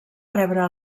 rebre